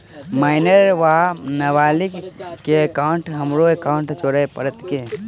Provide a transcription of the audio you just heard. Minor वा नबालिग केँ एकाउंटमे हमरो एकाउन्ट जोड़य पड़त की?